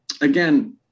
again